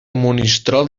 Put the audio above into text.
monistrol